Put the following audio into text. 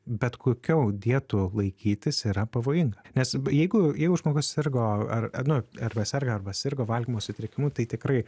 bet kokių dietų laikytis yra pavojinga nes jeigu jeigu žmogus sirgo ar nu arba serga arba sirgo valgymo sutrikimu tai tikrai